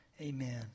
Amen